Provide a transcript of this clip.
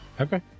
Okay